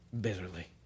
bitterly